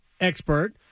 expert